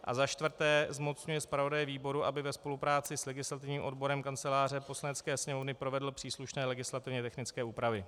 IV. zmocňuje zpravodaje výboru, aby ve spolupráci s legislativním odborem kanceláře Poslanecké sněmovny provedl příslušné legislativně technické úpravy.